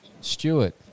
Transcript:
Stewart